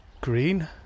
green